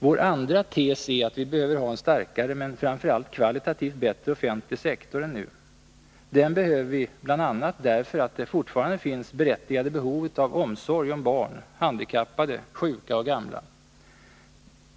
Vår andra tes är att vi behöver ha en starkare men framför allt kvalitativt bättre offentlig sektor än nu. Den behöver vi bl.a. därför att det fortfarande finns berättigade behov av omsorg om barn, handikappade, sjuka och gamla.